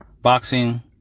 Boxing